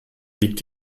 liegt